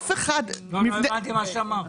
לא הבנתי מה אמרת.